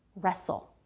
wrestle.